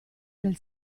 del